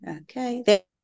Okay